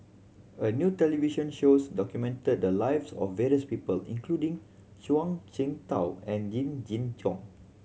a new television shows documented the lives of various people including Zhuang Shengtao and Yee Jenn Jong